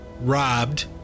robbed